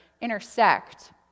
intersect